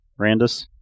Randus